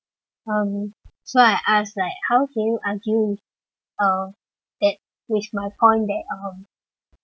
um so I ask right how can you argue uh that with my point that um